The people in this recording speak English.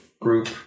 group